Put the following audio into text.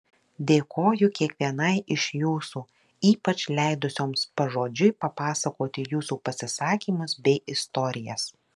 dėkoju kiekvienai iš jūsų ypač leidusioms pažodžiui papasakoti jūsų pasisakymus bei istorijas